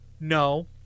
no